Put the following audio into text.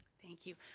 thank you.